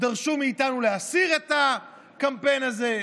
דרשו מאיתנו להסיר את הקמפיין הזה.